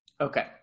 Okay